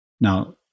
now